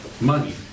money